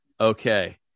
Okay